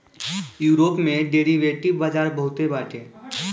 Europe में derivative बाजार बहुते बाटे